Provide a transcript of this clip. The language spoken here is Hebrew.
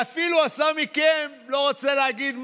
ואפילו עשה מכם, לא רוצה להגיד מה,